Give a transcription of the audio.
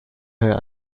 her